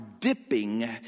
dipping